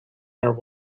their